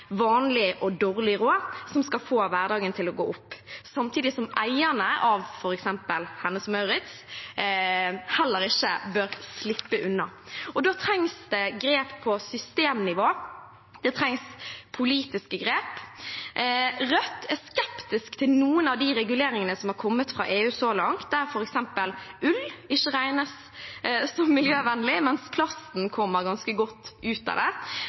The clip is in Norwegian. vanlig og dårlig råd som skal få hverdagen til å gå opp, samtidig som eierne av f.eks. Hennes & Mauritz heller ikke bør slippe unna. Da trengs det grep på systemnivå. Det trengs politiske grep. Rødt er skeptisk til noen av de reguleringene som har kommet fra EU så langt, der f.eks. ull ikke regnes som miljøvennlig, mens plasten kommer ganske godt ut av det.